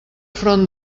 front